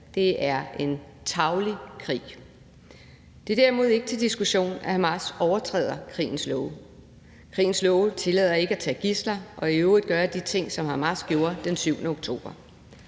Det er en tarvelig krig. Det er derimod ikke til diskussion, at Hamas overtræder krigens love. Krigens love tillader ikke at tage gidsler og i øvrigt gøre de ting, som Hamas gjorde den 7. oktober,